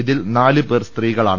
ഇതിൽ നാല് പേർ സ്ത്രീകളാണ്